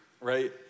right